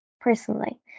personally